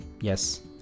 yes